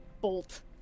bolt